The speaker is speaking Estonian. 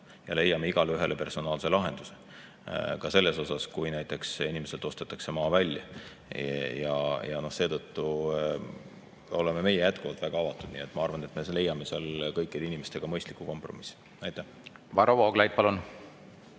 ja leiame igaühele personaalse lahenduse, ka sellel juhul, kui näiteks inimeselt ostetakse maa välja. Ja seetõttu oleme meie jätkuvalt väga avatud, nii et ma arvan, et me leiame seal kõikide inimestega mõistliku kompromissi. Aitäh! Sõltumata